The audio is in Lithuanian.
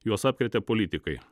juos apkrėtė politikai